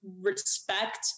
respect